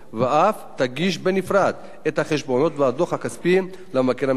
ואף תגיש בנפרד את החשבונות והדוח הכספי למבקר המדינה.